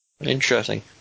Interesting